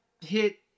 hit